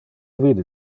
vide